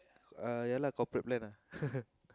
uh ya lah corporate plan lah